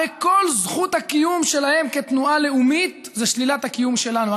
הרי כל זכות הקיום שלהם כתנועה לאומית זה שלילת הקיום שלנו.